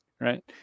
right